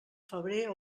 febrer